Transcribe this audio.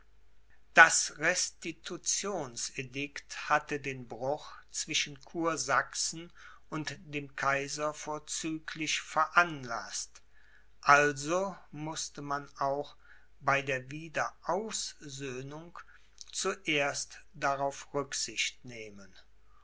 das restitutionsedikt hatte den bruch zwischen kursachsen und dem kaiser vorzüglich veranlaßt also mußte man auch bei der wiederaussöhnung zuerst darauf rücksicht nehmen